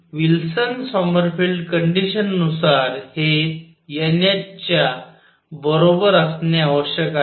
आणि Wilson Sommerfeld condition नुसार हे n h च्या बरोबर असणे आवश्यक आहे